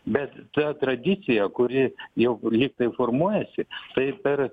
bet ta tradicija kuri jau lygtai formuojasi tai per